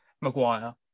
Maguire